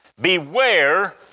Beware